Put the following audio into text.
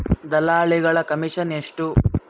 ದಲ್ಲಾಳಿಗಳ ಕಮಿಷನ್ ಎಷ್ಟು?